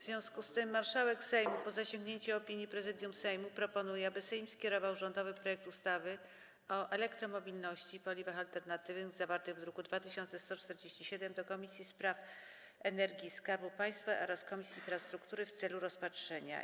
W związku z tym marszałek Sejmu, po zasięgnięciu opinii Prezydium Sejmu, proponuje, aby Sejm skierował rządowy projekt ustawy o elektromobilności i paliwach alternatywnych, zawarty w druku nr 2147, do Komisji do Spraw Energii i Skarbu Państwa oraz Komisji Infrastruktury w celu rozpatrzenia.